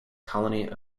colony